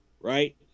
right